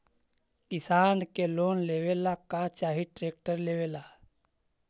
किसान के लोन लेबे ला का चाही ट्रैक्टर लेबे ला?